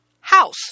house